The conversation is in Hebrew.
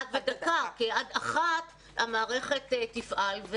13:01, כי עד 13:00 המערכת תפעל.